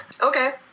Okay